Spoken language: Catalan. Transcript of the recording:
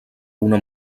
una